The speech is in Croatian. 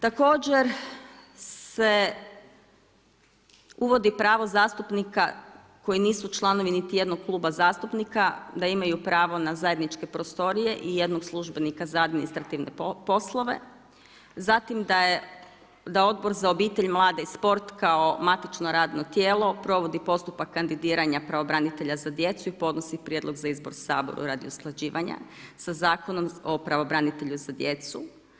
Također se uvodi pravo zastupnika koji nisu članovi niti jednog kluba zastupnika da imaju pravo na zajedničke prostorije i jednog službenika za administrativne poslove, zatim da je Odbor za obitelj, mlade i sport kao matično radno tijelo provodi postupak kandidiranja pravobranitelja za djecu i podnosi prijedlog za izbor radi usklađivanja sa Zakonom o pravobranitelju za djecu.